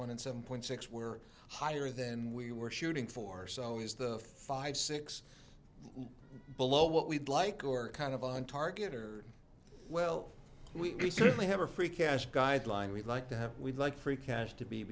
one and seven point six were higher than we were shooting for so is the five six below what we'd like or kind of on target or well we basically have a free cash guideline we'd like to have we'd like free cash to be